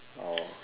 oh